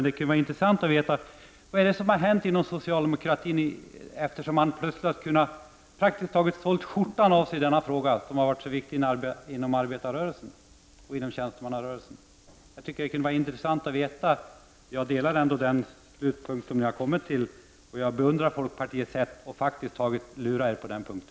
Det kunde vara intressant att få veta vad som har hänt inom socialdemokratin, eftersom man praktiskt taget har spelat skjortan av sig i denna fråga som har varit så viktig inom arbetaroch tjänstemannarörelsen. Jag delar ändå den slutsats som ni har kommit till, och jag beundrar folkpartiet som lyckats lura er på den punkten.